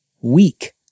weak